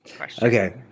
okay